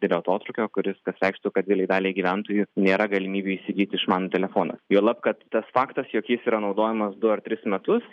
didelio atotrūkio kuris kas reikštų kad didelei daliai gyventojų nėra galimybių įsigyti išmanųjį telefoną juolab kad tas faktas jog jis yra naudojamas du ar tris metus